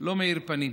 לא מאיר פנים.